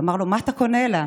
אמר לו: מה אתה קונה לה?